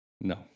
No